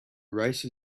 rice